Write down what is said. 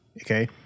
okay